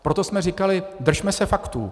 Proto jsme říkali, držme se faktů.